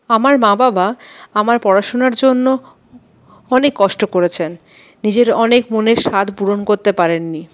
আমার মা বাবা আমার পড়াশুনার জন্য অনেক কষ্ট করেছেন নিজের অনেক মনের সাধ পূরণ করতে পারেন নি